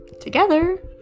together